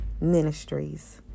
Ministries